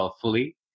fully